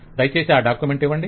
దయచేసి ఆ డాక్యుమెంట్ ఇవ్వండి